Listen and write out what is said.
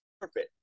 perfect